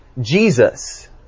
Jesus